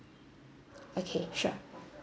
okay sure